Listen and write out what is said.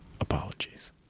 apologies